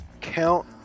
count